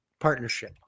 partnership